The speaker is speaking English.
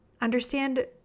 Understand